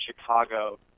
Chicago